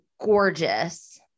gorgeous